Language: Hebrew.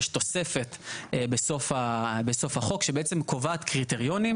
יש תוספת בסוף החוק שבעצם קובעת קריטריונים